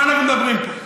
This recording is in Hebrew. אז על מה אנחנו מדברים פה?